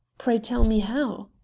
pray tell me how?